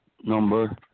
number